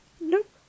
Nope